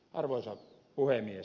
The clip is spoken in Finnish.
arvoisa puhemies